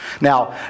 Now